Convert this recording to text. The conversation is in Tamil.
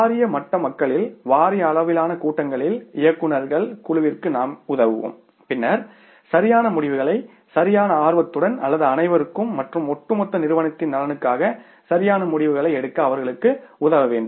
வாரிய மட்ட மக்களில் வாரிய அளவிலான கூட்டங்களில் இயக்குநர்கள் குழுவிற்கு நாம் உதவுவோம் பின்னர் சரியான முடிவுகளை சரியான ஆர்வத்துடன் அல்லது அனைவருக்கும் மற்றும் ஒட்டுமொத்த நிறுவனத்தின் நலனுக்காக சரியான முடிவுகளை எடுக்க அவர்களுக்கு உதவ வேண்டும்